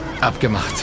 Abgemacht